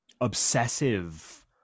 obsessive